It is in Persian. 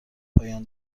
پایان